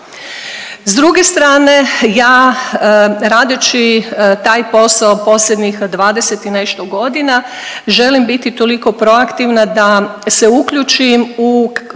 S druge strane ja radeći taj posao posljednjih 20. i nešto godina želim biti toliko proaktivna da se uključim u